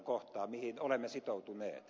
kohtaa mihin olemme sitoutuneet